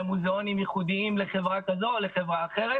מוזיאונים ייחודיים לחברה כזו או לחברה אחרת,